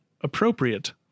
appropriate